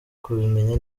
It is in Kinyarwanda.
kubimenya